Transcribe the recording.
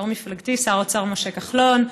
יושב-ראש מפלגתי שר האוצר משה כחלון,